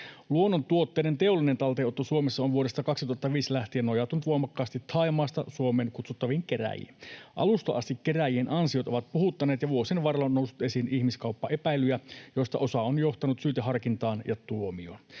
Luonnontuotteiden teollinen talteenotto Suomessa on vuodesta 2005 lähtien nojautunut voimakkaasti Thaimaasta Suomeen kutsuttaviin kerääjiin. Alusta asti kerääjien ansiot ovat puhuttaneet, ja vuosien varrella on noussut esiin ihmiskauppaepäilyjä, joista osa on johtanut syyteharkintaan ja tuomioon.